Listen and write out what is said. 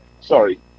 sorry